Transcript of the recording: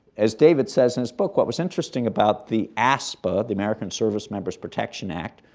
as david says in his book, what was interesting about the aspa, the american service-members' protection act,